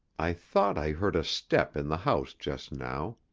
i thought i heard a step in the house just now.